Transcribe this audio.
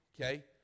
okay